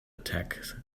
attack